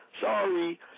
Sorry